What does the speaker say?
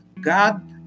God